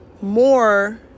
more